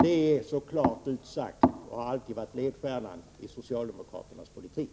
Det är alltså klart utsagt och har alltid varit ledstjärnan i socialdemokraternas politik.